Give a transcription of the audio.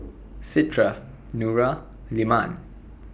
Citra Nura Leman